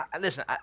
listen